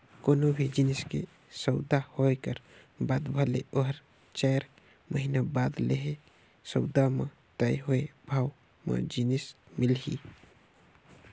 कोनो भी जिनिस के सउदा होए कर बाद भले ओहर चाएर महिना बाद लेहे, सउदा म तय होए भावे म जिनिस मिलही